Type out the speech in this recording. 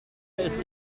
ist